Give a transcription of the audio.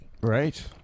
Right